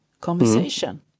conversation